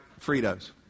Fritos